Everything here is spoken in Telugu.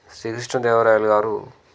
శ్రీకృష్ణదేవరాయలు గారు